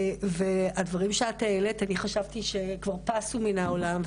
הדברים שאת העלית - אני חשבתי שכבר פסו מן העולם.